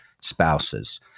spouses